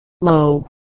low